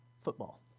football